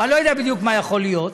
או אני לא יודע בדיוק מה יכול להיות,